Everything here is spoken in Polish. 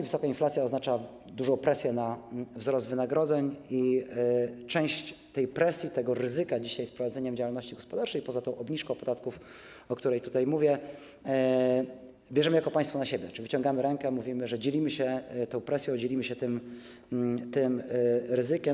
Wysoka inflacja oznacza dużą presję na wzrost wynagrodzeń i część tej presji, tego ryzyka dzisiaj z prowadzeniem działalności gospodarczej, poza tą obniżką podatków, o której tutaj mówię, bierzemy jako państwo na siebie, czyli wyciągamy rękę, mówimy, że dzielimy się tą presją, dzielimy się tym ryzykiem.